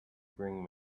bring